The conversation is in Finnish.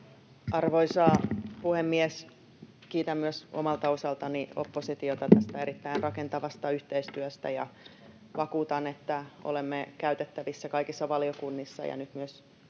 Arvoisa puhemies! Kiitän myös omalta osaltani oppositiota tästä erittäin rakentavasta yhteistyöstä ja vakuutan, että olemme käytettävissä kaikissa valiokunnissa ja nyt